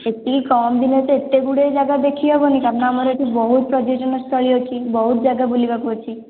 ଏତିକି କମ୍ ଦିନରେ ତ ଏତେ ଗୁଡ଼ାଏ ଯାଗା ଦେଖି ହେବନି କାରଣ ଆମର ଏଠି ବହୁତ ପର୍ଯ୍ୟଟନସ୍ଥଳୀ ଅଛି ବହୁତ ଯାଗା ବୁଲିବାକୁ ଅଛି